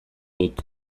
dut